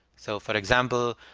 so for example,